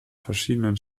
verschiedenen